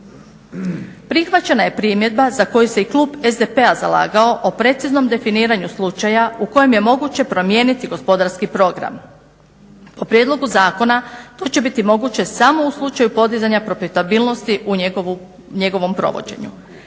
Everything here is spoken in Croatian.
Prihvaćena je primjedba za koju se i klub SDP-a zalagao o preciznom definiranju slučaja u kojem je moguće promijeniti gospodarski program. Po prijedlogu zakona to će biti moguće samo u slučaju podizanja profitabilnosti u njegovom provođenju.